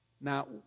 Now